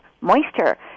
moisture